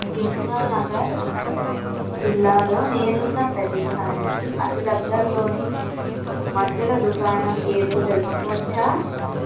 యమునానగర్ జిల్లాలో నేనున్న ప్రదేశానికి అతిదగ్గర్లోని మందుల దుకాణం ఏదో తెలుసుకోవచ్చా